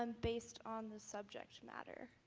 um based on the subject matter?